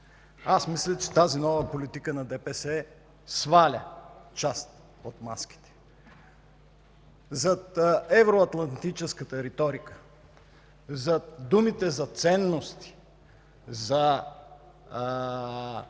Аз мисля, че тази нова политика на ДПС сваля част от маските. Зад евроатлантическата риторика, зад думите за ценности, зад